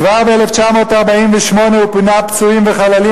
כבר ב-1948 הוא פינה פצועים וחללים